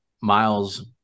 Miles